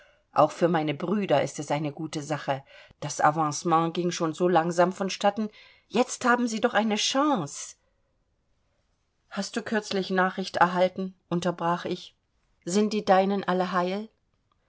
auch für meine brüder ist es eine gute sache das avancement ging schon so langsam von starten jetzt haben sie doch eine chance hast du kürzlich nachricht erhalten unterbrach ich sind die deinen alle heil